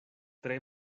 tre